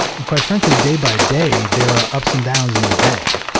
and quite frankly, day by day, there are ups and downs in your day,